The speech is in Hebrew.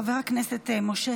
חבר הכנסת משה